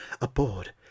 aboard